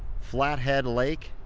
flathead lake.